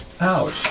Ouch